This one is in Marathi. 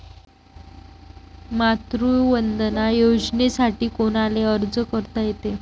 मातृवंदना योजनेसाठी कोनाले अर्ज करता येते?